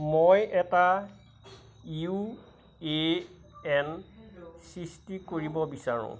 মই এটা U A N সৃষ্টি কৰিব বিচাৰোঁ